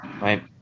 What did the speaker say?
right